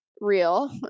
real